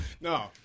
No